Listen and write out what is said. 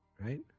right